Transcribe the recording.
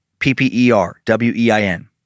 P-P-E-R-W-E-I-N